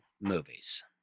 movies